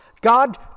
God